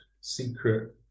secret